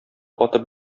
атып